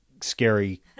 scary